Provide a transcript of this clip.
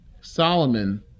Solomon